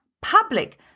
public